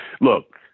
look